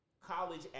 College